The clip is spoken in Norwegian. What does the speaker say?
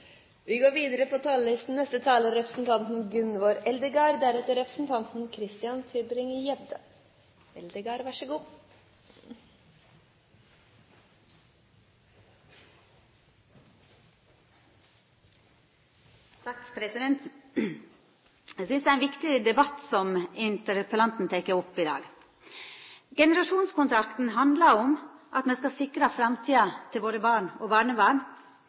vi må jobbe mye med. Her kan også Sanner stole på regjeringen, for å si det på den måten. Eg synest det er ein viktig debatt interpellanten tek opp i dag. Generasjonskontrakten handlar om at me skal sikra framtida til våre barn og barnebarn.